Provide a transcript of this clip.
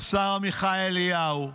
השר עמיחי אליהו,